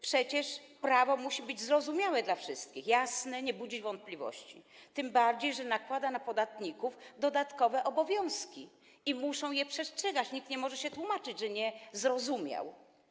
Przecież prawo musi być zrozumiałe dla wszystkich, jasne, nie budzić wątpliwości, tym bardziej że nakłada na podatników dodatkowe obowiązki, których muszą przestrzegać, nikt nie może się tłumaczyć, że nie zrozumiał.